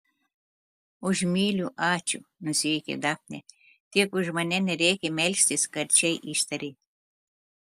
už myliu ačiū nusijuokė dafnė tik už mane nereikia melstis karčiai ištarė